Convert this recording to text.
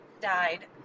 died